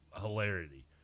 hilarity